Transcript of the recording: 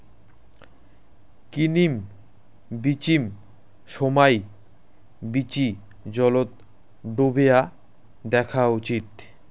কিনিম বিচিম সমাই বীচি জলত ডোবেয়া দ্যাখ্যা উচিত